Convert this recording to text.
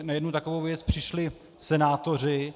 Na jednu takovou věc přišli senátoři.